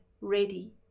ready